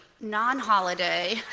non-holiday